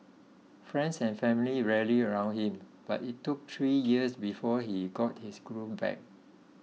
friends and family rallied around him but it took three years before he got his groove back